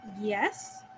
Yes